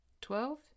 Twelve